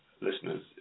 listeners